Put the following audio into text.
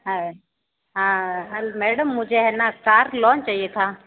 हाय madam मुझे है ना कार लोन चहिए था